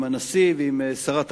עם הנשיא ועם שרת החוץ,